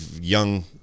young